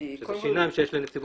אלו השיניים שיש לנציבות המדינה.